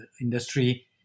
industry